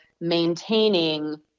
maintaining